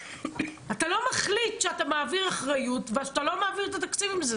אתה לא מחליט שאתה מעביר אחריות ושאתה לא מעביר את התקציב עם זה.